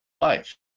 life